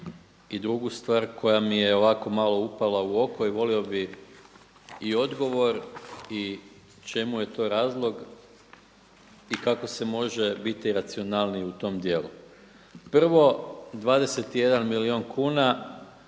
i drugu stvar koja mi je ovako malo upala u oku i volio bih i odgovor i čemu je to razlog i kako se može biti racionalniji u tom dijelu. Prvo 21 milijun kuna,